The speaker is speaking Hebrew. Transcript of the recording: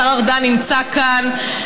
השר ארדן, נמצא כאן.